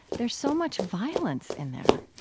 there's so much violence in there,